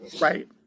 Right